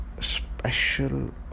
special